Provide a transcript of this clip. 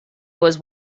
was